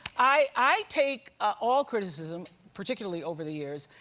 i take ah all criticism particularly over the years.